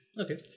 okay